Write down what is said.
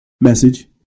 message